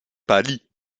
paris